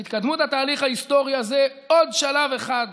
על התקדמות התהליך ההיסטורי הזה עוד שלב אחד